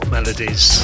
Melodies